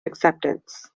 acceptance